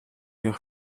your